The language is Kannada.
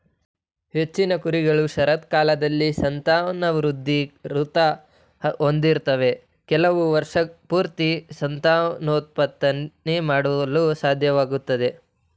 ಹೆಚ್ಚಿನ ಕುರಿಗಳು ಶರತ್ಕಾಲದಲ್ಲಿ ಸಂತಾನವೃದ್ಧಿ ಋತು ಹೊಂದಿರ್ತವೆ ಕೆಲವು ವರ್ಷಪೂರ್ತಿ ಸಂತಾನೋತ್ಪತ್ತಿ ಮಾಡಲು ಸಾಧ್ಯವಾಗ್ತದೆ